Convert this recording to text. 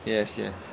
yes yes